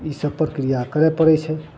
ईसब प्रक्रिया करय पड़य छै